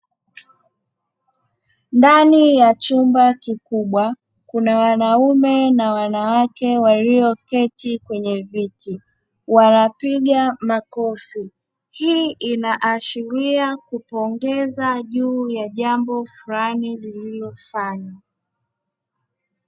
Ndani ya chumba kikubwa kuna wanaume na wanawake walioketi kwenye viti wanapiga makofi hii inaashiria kupongeza juu ya jambo fulani lililofanywa.